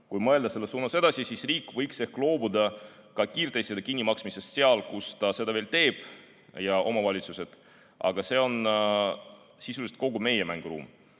Kui mõelda selles suunas edasi, siis riik võiks ehk loobuda ka kiirtestide kinnimaksmisest seal, kus ta seda veel teeb, samuti omavalitsused. Aga see on sisuliselt kogu meie mänguruum.